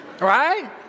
Right